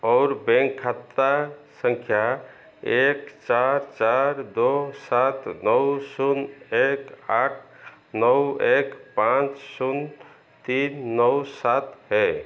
और बैंक खाता संख्या एक चार चार दो सात नौ शून्य एक आठ नौ एक पाँच शून्य तीन नौ सात है